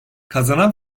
kazanan